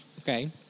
Okay